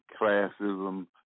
classism